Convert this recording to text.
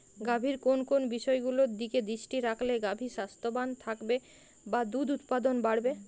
গাভীর কোন কোন বিষয়গুলোর দিকে দৃষ্টি রাখলে গাভী স্বাস্থ্যবান থাকবে বা দুধ উৎপাদন বাড়বে?